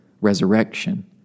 resurrection